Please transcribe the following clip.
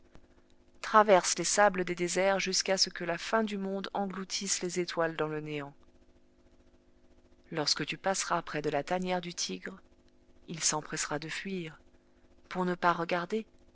traverse les sables des déserts jusqu'à ce que la fin du monde engloutisse les étoiles dans le néant lorsque tu passeras près de la tanière du tigre il s'empressera de fuir pour ne pas regarder